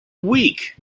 week